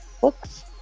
books